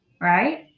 right